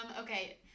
okay